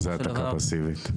מה זה העתקה פסיבית?